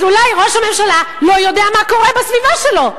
אז אולי ראש הממשלה לא יודע מה קורה בסביבה שלו,